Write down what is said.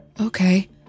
Okay